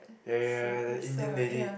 ya ya ya the Indian lady